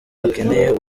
akeneye